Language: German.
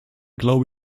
glaube